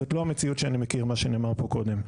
זאת לא המציאות שאני מכיר, מה שנאמר פה קודם.